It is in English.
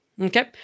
Okay